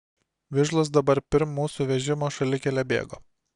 vižlas dabar pirm mūsų vežimo šalikele bėgo